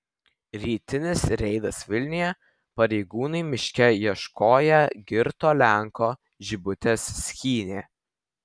rytinis reidas vilniuje pareigūnai miške ieškoję girto lenko žibutes skynė